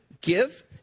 Give